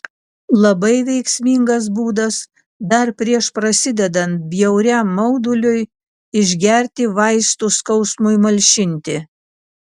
labai veiksmingas būdas dar prieš prasidedant bjauriam mauduliui išgerti vaistų skausmui malšinti